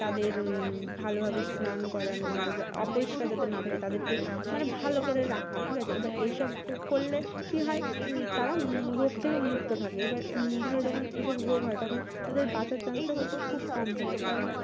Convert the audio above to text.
তাদের ভালোভাবে স্নান করানো যাতে অপরিষ্কার যাদের না থাকে তাদেরকে মানে ভালো করে রাখা ঠিক আছে এবার এইসব করলে কী হয় তারা রোগ থেকে মুক্ত থাকে এবার ধরো যখন এইসব রোগ হয় তখন তাদের বাঁচার চান্সটাও একটু খুব কম থাকে কারণ